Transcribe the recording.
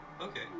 Okay